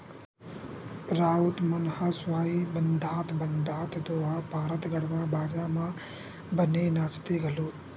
राउत मन ह सुहाई बंधात बंधात दोहा पारत गड़वा बाजा म बने नाचथे घलोक